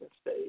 State